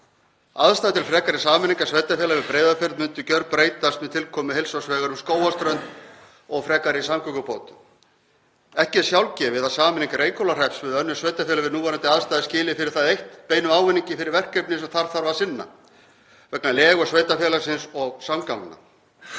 Aðstaða til frekari sameiningar sveitarfélaga við Breiðafjörð myndu gjörbreytast með tilkomu heilsársvegar um Skógarströnd og frekari samgöngubótum. Ekki er sjálfgefið að sameining Reykhólahrepps við önnur sveitarfélög við núverandi aðstæður skili fyrir það eitt beinum ávinningi fyrir verkefni sem þar þarf að sinna vegna legu sveitarfélagsins og samgangna.